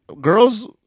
girls